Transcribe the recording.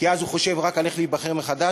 כי אז הוא חושב רק על איך להיבחר מחדש